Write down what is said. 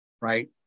right